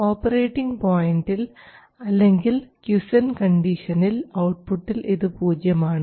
operating പോയൻറിൽ അല്ലെങ്കിൽ ക്വിസൻറ് കണ്ടീഷനിൽ ഔട്ട്പുട്ടിൽ ഇത് പൂജ്യമാണ്